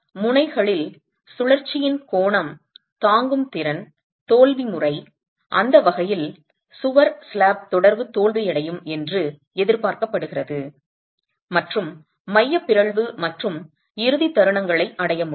முனைகளில் சுழற்சியின் கோணம் தாங்கும் திறன் தோல்வி முறை அந்த வகையில் சுவர் ஸ்லாப் தொடர்பு தோல்வியடையும் என்று எதிர்பார்க்கப்படுகிறது மற்றும் மைய பிறழ்வு மற்றும் இறுதி தருணங்களை அடைய முடியும்